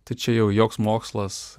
tai čia jau joks mokslas